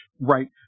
right